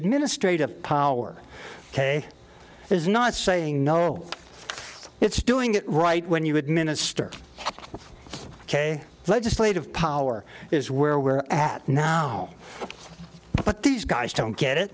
administrative power is not saying no it's doing it right when you administer ok legislative power is where we're at now but these guys don't get it